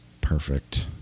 perfect